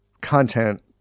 content